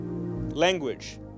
language